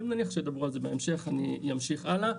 אני מניח שידברו על זה בהמשך, אני אמשיך הלאה.